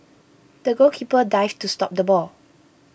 the goalkeeper dived to stop the ball